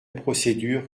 procédure